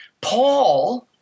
Paul